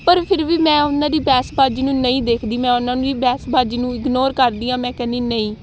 ਪਰ ਫਿਰ ਵੀ ਮੈਂ ਉਹਨਾਂ ਦੀ ਬਹਿਸ ਬਾਜ਼ੀ ਨੂੰ ਨਹੀਂ ਦੇਖਦੀ ਮੈਂ ਉਹਨਾਂ ਨੂੰ ਵੀ ਬਹਿਸ ਬਾਜ਼ੀ ਨੂੰ ਇਗਨੋਰ ਕਰਦੀ ਹਾਂ ਮੈਂ ਕਹਿੰਦੀ ਨਹੀਂ